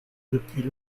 depuis